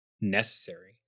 necessary